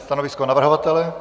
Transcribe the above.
Stanovisko navrhovatele?